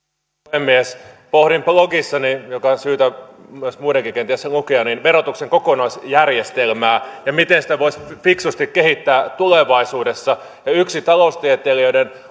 puhemies pohdin blogissani joka on syytä myös muidenkin kenties lukea verotuksen kokonaisjärjestelmää ja sitä miten sitä voisi fiksusti kehittää tulevaisuudessa yksi taloustieteilijöiden